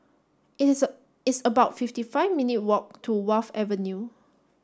it is it's about fifty five minute walk to Wharf Avenue